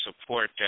support